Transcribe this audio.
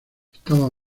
estaba